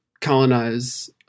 colonize